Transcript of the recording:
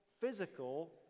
physical